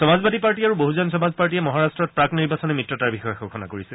সমাজবাদী party আৰু বহুজন সমাজ পাৰ্টীয়ে মহাৰাট্টত প্ৰাক নিৰ্বাচনী মিত্ৰতাৰ বিষয়ে ঘোষণা কৰিছে